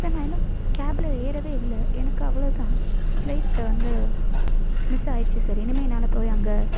நான் இன்னும் கேபில் ஏறவே இல்லை எனக்கு அவ்வளோவு தான் ஃபிளைட்டு வந்து மிஸ்சாயிடுச்சு சார் இனிமேல் என்னால் போய் அங்கே